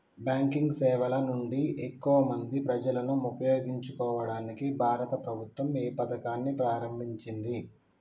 Banking సేవల నుండి ఎక్కువ మంది ప్రజలను ఉపయోగించుకోవడానికి భారత ప్రభుత్వం ఏ పథకాన్ని ప్రారంభించింది?